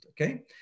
okay